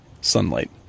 sunlight